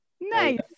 Nice